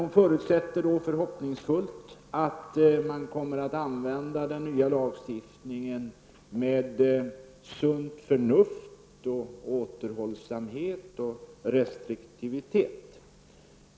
Hon förutsätter förhoppningsfullt att man kommer att använda den nya lagstiftningen med sunt förnuft, återhållsamhet och restriktivitet.